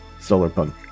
Solarpunk